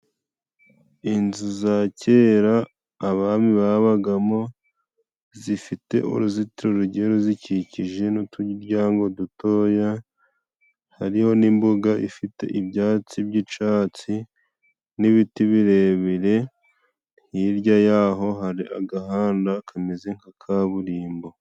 Inzu za kera abami babagamo，zifite uruzitiro rugiye ruzikikije n'uturyango dutoya，hariho n'imbuga ifite ibyatsi by'icatsi n'ibiti birebire， hirya y'aho hari agahanda kameze nka kaburimbo.